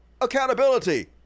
accountability